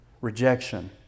Rejection